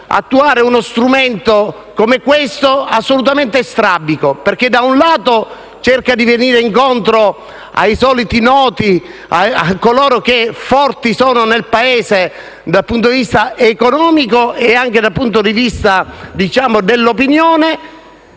attuare uno strumento come questo, assolutamente strabico, perché da un lato esso cerca di venire incontro ai soliti noti e a coloro che sono forti nel Paese dal punto di vista economico e anche dal punto di vista dell'opinione,